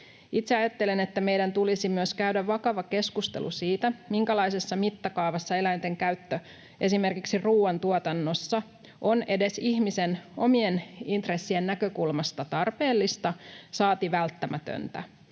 Itse ajattelen, että meidän tulisi myös käydä vakava keskustelu siitä, minkälaisessa mittakaavassa eläinten käyttö esimerkiksi ruuantuotannossa on edes ihmisen omien intressien näkökulmasta tarpeellista, saati välttämätöntä.